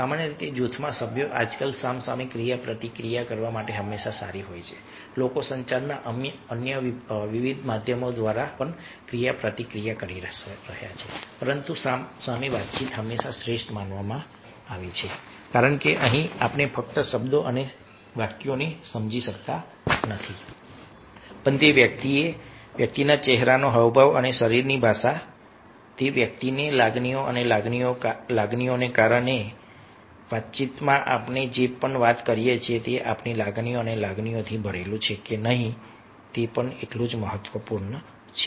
સામાન્ય રીતે જૂથના સભ્યો આજકાલ સામ સામે ક્રિયાપ્રતિક્રિયા કરવા માટે હંમેશા સારી હોય છે લોકો સંચારના અન્ય વિવિધ માધ્યમો દ્વારા પણ ક્રિયાપ્રતિક્રિયા કરી રહ્યા છે પરંતુ સામ સામે વાતચીત હંમેશા શ્રેષ્ઠ માનવામાં આવે છે કારણ કે અહીં આપણે ફક્ત શબ્દો અને વાક્યોને સમજી શકતા નથી પણ તે વ્યક્તિના ચહેરાના હાવભાવ અને શરીરની ભાષા તે વ્યક્તિની લાગણીઓ અને લાગણીઓ કારણ કે વાતચીતમાં આપણે જે પણ વાત કરીએ છીએ તે આપણી લાગણીઓ અને લાગણીઓથી ભરેલું છે કે નહીં તે પણ એટલું જ મહત્વનું છે